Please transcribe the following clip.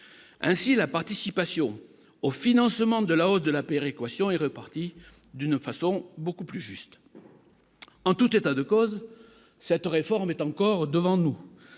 ainsi la participation au financement de la hausse de la péréquation est reparti d'une façon beaucoup plus juste, en tout état de cause, cette réforme est encore devant nous